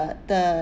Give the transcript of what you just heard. uh the